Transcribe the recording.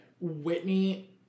Whitney